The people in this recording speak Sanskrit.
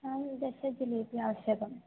आं दश जिलेबि आवश्यकम्